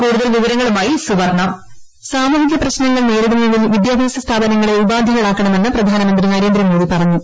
കൂടുതൽ വിവരങ്ങളുമായി സുവർണ വോയിസ് സാമൂഹിക പ്രശ്നങ്ങൾ നേരിടുന്നതിൽ വിദ്യാഭ്യാസ സ്ഥാപനങ്ങളെ ഉപാധികളാക്കണമെന്ന് പ്രധാനമന്ത്രി നരേന്ദ്രമോദി പറഞ്ഞു